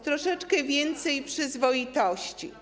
Troszeczkę więcej przyzwoitości.